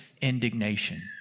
indignation